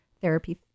therapy